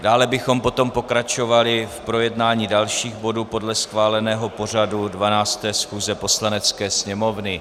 Dále bychom potom pokračovali v projednání dalších bodů podle schváleného pořadu 12. schůze Poslanecké sněmovny.